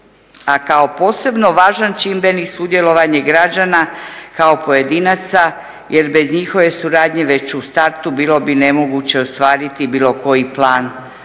A kao posebno važan čimbenik sudjelovanje građana kao pojedinaca jer bez njihove suradnje već u startu bilo bi nemoguće ostvariti bilo koji plan